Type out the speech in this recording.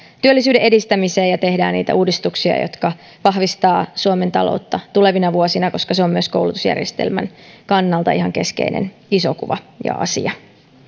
työllisyyden edistämiseen ja tehdään niitä uudistuksia jotka vahvistavat suomen taloutta tulevina vuosina koska se on myös koulutusjärjestelmän kannalta ihan keskeinen iso kuva ja asia